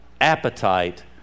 Appetite